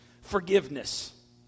forgiveness